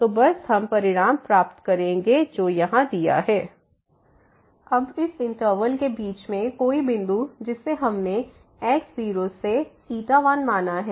तो बस हम परिणाम प्राप्त करेंगे कि RnxgxRn2g2 अब इस इंटरवल के बीच में कोई बिंदु जिसे हमने x0 से 1 माना है